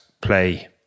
play